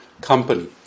company